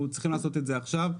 אנחנו צריכים לעשות את זה עכשיו.